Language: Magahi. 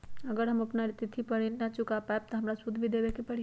अगर हम अपना तिथि पर ऋण न चुका पायेबे त हमरा सूद भी देबे के परि?